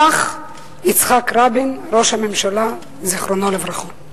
כך יצחק רבין, ראש הממשלה, זיכרונו לברכה.